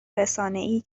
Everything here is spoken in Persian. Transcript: رسانهای